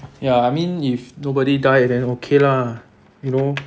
ya I mean if nobody died then okay lah you know